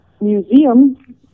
Museum